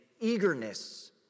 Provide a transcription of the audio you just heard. eagerness